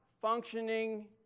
functioning